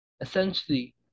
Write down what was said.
Essentially